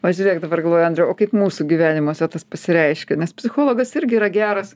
o žiūrėk dabar galvoju andriau o kaip mūsų gyvenimuose tas pasireiškia nes psichologas irgi yra geras